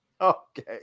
okay